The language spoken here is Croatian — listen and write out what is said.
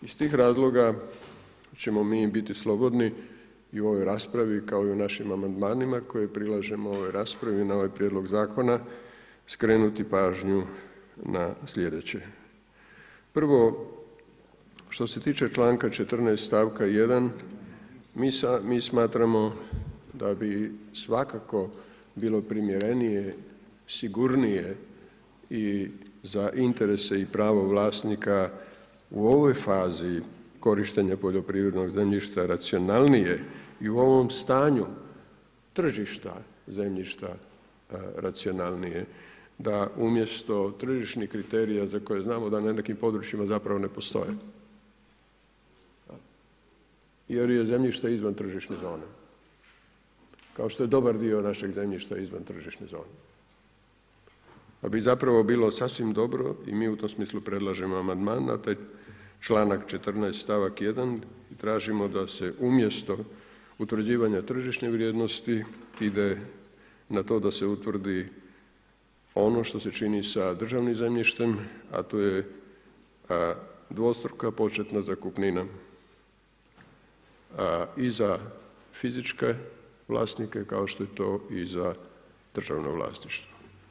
Iz tih razloga ćemo mi biti slobodni i u ovoj raspravi kao i u našim amandmanima koje prilažemo ovoj raspravi na ovaj prijedlog zakona skrenuti pažnju na sljedeće: 1. što se tiče članka 14. stavka 1., mi smatramo da bi svakako bilo primjerenije, sigurnije i za interese i pravo vlasnika u ovoj fazi korištenja poljoprivrednog zemljišta racionalnije i u ovom stanju tržišta zemljišta racionalnije da umjesto tržišnih kriterija za koje znam da na nekim područjima zapravo ne postoje jer je zemljište izvan tržišne zone kao što je dobar dio našeg zemljišta izvan tržišne zone pa bi zapravo bilo sasvim dobro i mi u tom smislu predlažemo amandman na taj članak 14. stavak 1. i tražimo da se umjesto utvrđivanja tržišne vrijednosti ide na to da se utvrdi ono što se čini sa državnim zemljištem a to je dvostruka početna zakupnina i za fizičke vlasnike kao što je to i za državno vlasništvo.